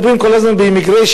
הם מדברים כל הזמן על immigration.